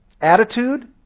attitude